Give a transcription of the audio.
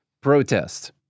protest